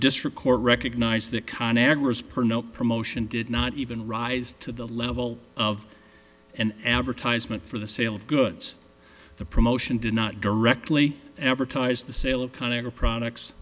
district court recognized that con agra as per no promotion did not even rise to the level of an advertisement for the sale of goods the promotion did not directly advertise the sale of kind of products